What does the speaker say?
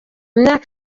myaka